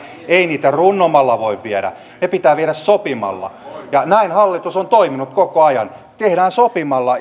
ei niitä runnomalla voi viedä ne pitää viedä sopimalla ja näin hallitus on toiminut koko ajan tehnyt sopimalla